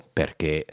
perché